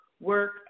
work